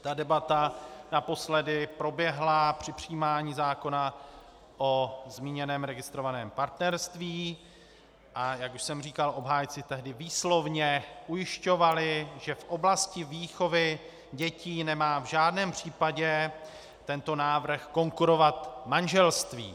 Ta debata naposledy proběhla při přijímání zákona o zmíněném registrovaném partnerství, a jak už jsem říkal, obhájci tehdy výslovně ujišťovali, že v oblasti výchovy dětí nemá v žádném případě tento návrh konkurovat manželství.